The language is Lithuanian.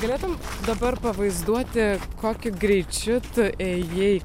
galėtum dabar pavaizduoti kokiu greičiu tu ėjai